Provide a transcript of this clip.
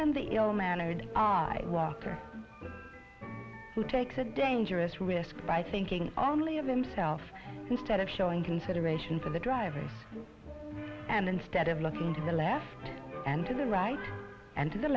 and the ill mannered guy walker who takes a dangerous risk by thinking only of himself instead of showing consideration for the driver and instead of looking to the left and to the right and to the